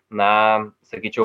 na sakyčiau